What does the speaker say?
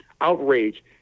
outrage